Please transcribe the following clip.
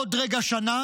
עוד רגע שנה,